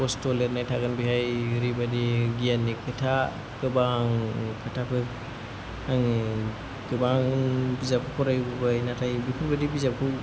बस्तु लिरनाय थागोन बेहाय ओरैबायदि गियाननि खोथा गोबां खोथाफोर आं गोबां बिजाबफोर फरायबोबाय नाथाय बेफोरबायदि बिजाबखौ